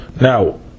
Now